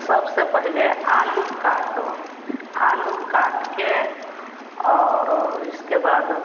सबसे पहले आलू काटो आलू काटकर और इसके बाद